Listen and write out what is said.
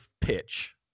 pitch